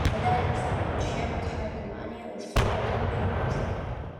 regis kad šiemet haiku manija užsikrėtė niujorkas